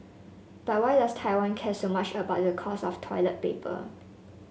but why does Taiwan care so much about the cost of toilet paper